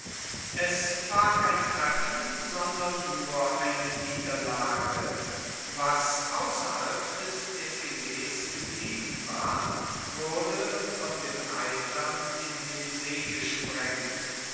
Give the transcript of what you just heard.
es war kein treffen sondern nur eine niederlage was ausserhalb des defilees geblieben war wurde von den reitern in den see gesprengt